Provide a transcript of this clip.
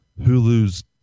Hulu's